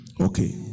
Okay